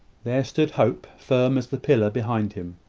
there stood hope, firm as the pillar behind him.